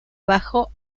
bajo